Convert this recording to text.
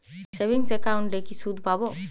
Savings একাউন্টে কি সুদ পাব?